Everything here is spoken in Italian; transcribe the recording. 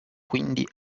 quindi